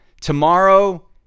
Tomorrow